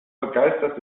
begeistert